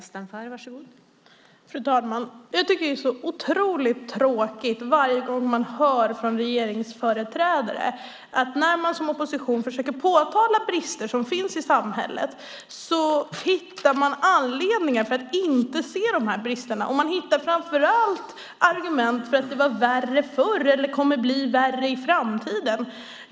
Fru talman! Jag tycker att det är otroligt tråkigt att varje gång som oppositionen försöker påtala brister som finns i samhället få höra att regeringsföreträdare hittar anledning att inte se dessa brister. Man hittar framför allt argument som att det var värre förr eller kommer att bli värre i framtiden.